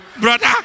brother